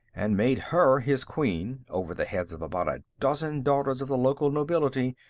and made her his queen, over the heads of about a dozen daughters of the local nobility,